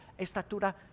estatura